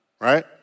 right